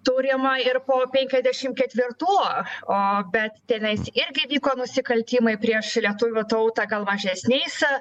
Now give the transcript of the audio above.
turim ir po penkiasdešim ketvirtų o bet tenais irgi vyko nusikaltimai prieš lietuvių tautą gal mažesniais